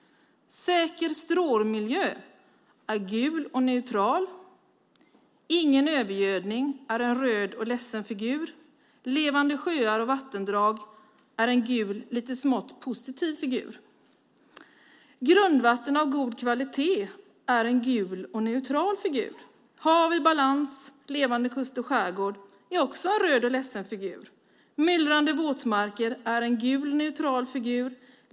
Säker strålmiljö - där är det en gul och neutral figur. Ingen övergödning - där är det en röd ledsen figur. Levande sjöar och vattendrag - där är det en gul och lite smått positiv figur. Grundvatten av god kvalitet - där är det en gul och neutral figur. Hav i balans samt levande kust och skärgård - där är det också en röd ledsen figur. Myllrande våtmarker - där är det en gul neutral figur.